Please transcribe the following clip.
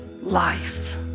life